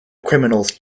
criminals